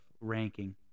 ranking